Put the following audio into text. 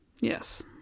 Yes